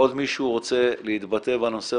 עוד מישהו רוצה להתבטא בנושא,